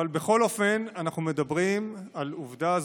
אבל בכל אופן, אנחנו מדברים על עובדה.